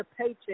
paycheck